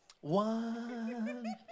One